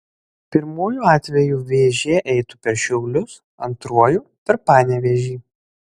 pirmuoju atveju vėžė eitų per šiaulius antruoju per panevėžį